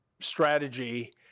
strategy